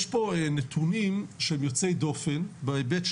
יש פה נתונים שהם יוצאי דופן בהיבט,